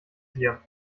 hier